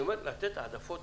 אני אומר לתת העדפות